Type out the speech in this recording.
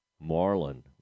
Marlin